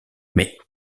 mais